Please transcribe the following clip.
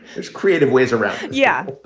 there's creative ways around yeah.